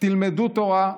תלמדו תורה,